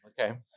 Okay